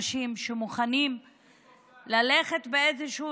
אני לא מבינה איך עדיין יש אנשים שמוכנים ללכת באיזשהו